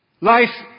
Life